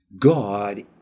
God